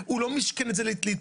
הוא לא מישכן את זה להתפרנס.